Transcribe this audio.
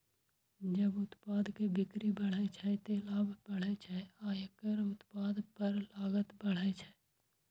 जब उत्पाद के बिक्री बढ़ै छै, ते लाभ बढ़ै छै आ एक उत्पाद पर लागत घटै छै